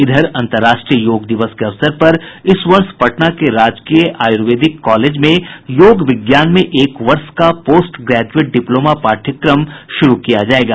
इधर अंतर्राष्ट्रीय योग दिवस के अवसर पर इस वर्ष पटना के राजकीय आयुर्वेदिक कालेज में योग विज्ञान में एक वर्ष का पोस्ट ग्रेज़एट डिप्लोमा पाठयक्रम शुरु किया जायेगा